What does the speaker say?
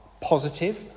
positive